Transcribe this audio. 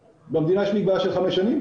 במדינה יש מגבלה של חמש שנים?